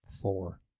Four